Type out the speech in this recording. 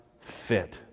fit